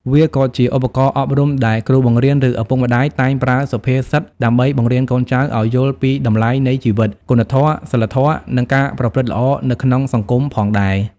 វាក៏ជាឧបករណ៍អប់រំដែល គ្រូបង្រៀន ឬឪពុកម្តាយតែងប្រើសុភាសិតដើម្បីបង្រៀនកូនចៅឱ្យយល់ពីតម្លៃនៃជីវិត គុណធម៌ សីលធម៌ និងការប្រព្រឹត្តល្អនៅក្នុងសង្គមផងដែរ។